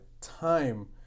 time